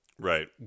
right